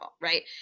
Right